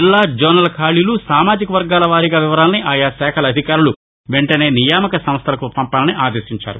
జిల్లా జోనల్ ఖాళీలు సామాజిక వర్గాల వారీగా వివరాలను ఆయా శాఖల అధికారులు వెంటనే నియామక సంస్టలకు పంపాలని ఆదేశించారు